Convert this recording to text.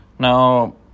Now